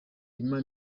lima